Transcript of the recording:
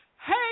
hey